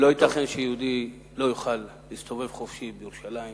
לא ייתכן שיהודי לא יוכל להסתובב חופשי בירושלים